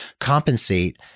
compensate